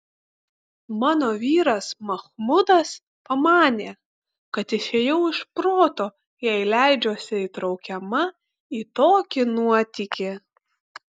mano vyras machmudas pamanė kad išėjau iš proto jei leidžiuosi įtraukiama į tokį nuotykį